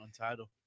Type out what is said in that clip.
Untitled